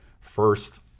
first